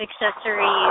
accessories